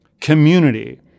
Community